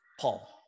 Paul